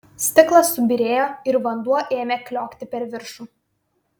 stiklas subyrėjo ir vanduo ėmė kliokti per viršų